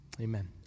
Amen